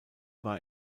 war